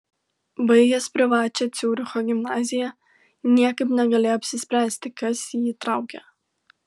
baigęs privačią ciuricho gimnaziją niekaip negalėjo apsispręsti kas jį traukia